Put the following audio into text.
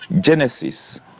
Genesis